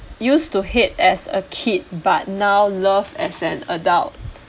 used to hate as a kid but now love as an adult